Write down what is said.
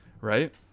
right